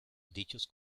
dichos